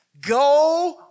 Go